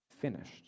finished